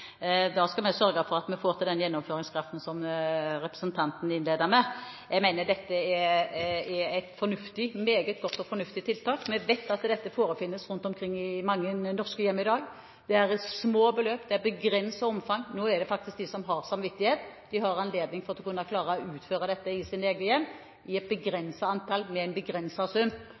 Da skal vi sørge for at vi får til den gjennomføringskraften som representanten nevnte innledningsvis. Jeg mener dette er et meget godt og fornuftig tiltak. Vi vet at dette forekommer rundt omkring i mange norske hjem i dag. Det er små beløp, det er i begrenset omfang. Nå har faktisk de som har samvittighet, også anledning til å gjøre dette i sine egne hjem, med et begrenset antall, med en begrenset sum.